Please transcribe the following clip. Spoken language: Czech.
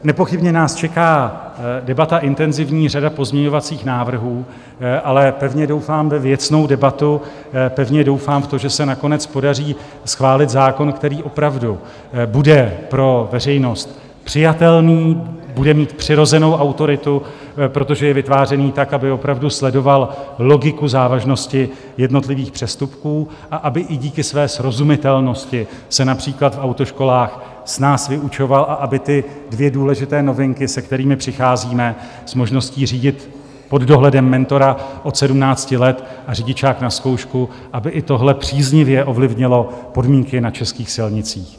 Nepochybně nás čeká debata intenzivní, řada pozměňovacích návrhů, ale pevně doufám ve věcnou debatu, pevně doufám v to, že se nakonec podaří schválit zákon, který opravdu bude pro veřejnost přijatelný, bude mít přirozenou autoritu, protože je vytvářený tak, aby opravdu sledoval logiku závažnosti jednotlivých přestupků, aby i díky své srozumitelnosti se například v autoškolách snáz vyučoval a aby ty dvě důležité novinky, se kterými přicházíme, s možností řídit pod dohledem mentora od 17 let a řidičák na zkoušku, aby i tohle příznivě ovlivnilo podmínky na českých silnicích.